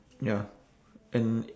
ya and